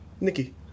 Nikki